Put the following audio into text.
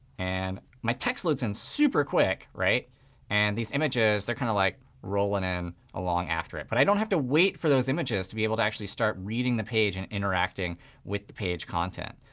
and my text loads in super quick. and these images, they're kind of like rolling in along after it. but i don't have to wait for those images to be able to actually start reading the page and interacting with the page content.